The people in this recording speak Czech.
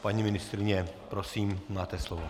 Paní ministryně, prosím, máte slovo.